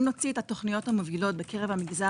אם נוציא את התוכניות השונות בקרב המגזר